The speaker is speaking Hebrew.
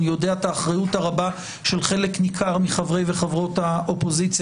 אני יודע את האחריות הרבה של חלק ניכר מחברי וחברות האופוזיציה,